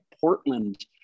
Portland